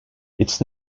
its